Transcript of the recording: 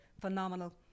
phenomenal